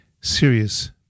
serious